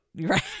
Right